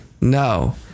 No